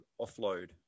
offload